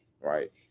right